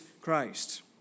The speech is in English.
Christ